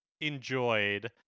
enjoyed